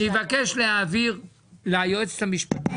אני מבקש להעביר ליועצת המשפטית.